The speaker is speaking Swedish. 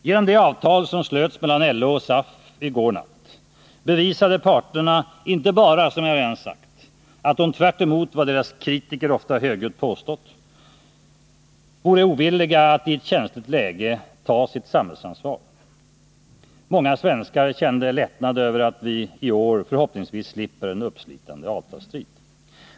Genom det avtal som slöts mellan LO och SAF i går natt bevisade parterna att de, tvärtemot vad deras kritiker ofta högljutt har påstått, i ett känsligt läge är beredda att ta sitt samhällsansvar. Många svenskar kände lättnad över att vi i år förhoppningsvis slipper en uppslitande avtalsstrid.